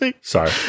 Sorry